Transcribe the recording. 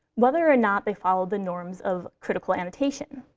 whether or not they followed the norms of critical annotation.